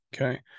Okay